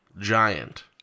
giant